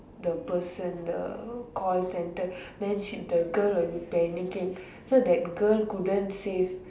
the person the call centre then she the girl will be panicking so that girl couldn't save